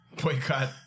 boycott